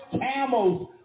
camels